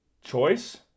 choice